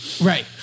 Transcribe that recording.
right